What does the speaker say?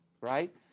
right